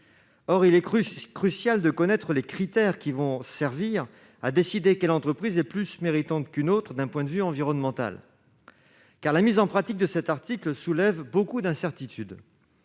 Or il est crucial de connaître les critères qui permettront de décider quelle entreprise est plus méritante qu'une autre d'un point de vue environnemental. La mise en pratique de cet article soulève de nombreuses incertitudes.